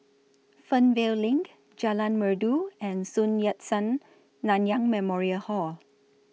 Fernvale LINK Jalan Merdu and Sun Yat Sen Nanyang Memorial Hall